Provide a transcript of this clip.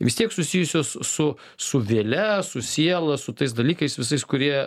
vis tiek susijusios su su vėle su siela su tais dalykais visais kurie